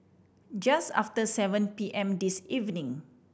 just after seven P M this evening